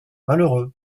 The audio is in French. malheureux